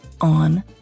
on